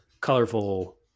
colorful